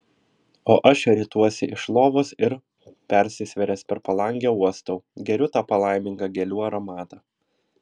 o aš rituosi iš lovos ir persisvėręs per palangę uostau geriu tą palaimingą gėlių aromatą